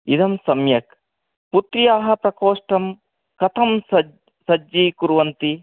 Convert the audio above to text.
इदं सम्यक् पुत्र्या प्रकोष्ठं कथं सज् सज्जीकुर्वन्ति